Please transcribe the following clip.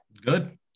good